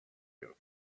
you